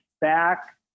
back